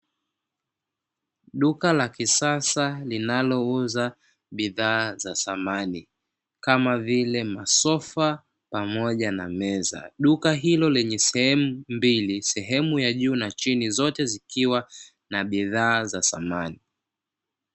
Duka la kisasa linalouza bidhaa za samani kama vile masofa pamoja na meza, duka hilo lenye sehemu mbili sehemu ya juu na chini zote zikiwa na bidhaa za samani.